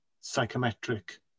psychometric